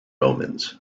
omens